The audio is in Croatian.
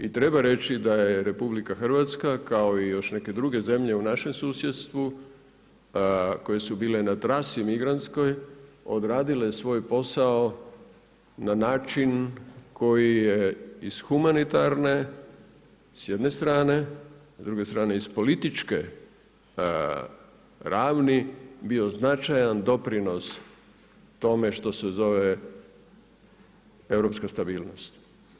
I treba reći da je RH kao i još neke druge zemlje u našem susjedstvu koje su bile na trasi migrantskoj odradile svoj posao na način koji je iz humanitarne, s jedne strane, s druge strane iz političke ravni bio značajan doprinos tome što se zove europska stabilnost.